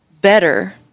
better